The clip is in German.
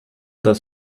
das